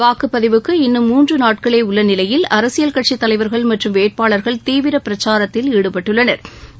வாக்குப்பதிவுக்கு இன்னும் மூன்று நாட்களே உள்ள நிலையில் அரசியல் கட்சித் தலைவர்கள் மற்றும் வேட்பாளா்கள் தீவிர பிரச்சாரத்தில் ஈடுபட்டுள்ளனா்